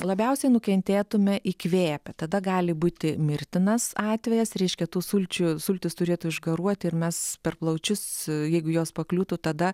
labiausiai nukentėtume įkvėpę tada gali būti mirtinas atvejas reiškia tų sulčių sultys turėtų išgaruoti ir mes per plaučius jeigu jos pakliūtų tada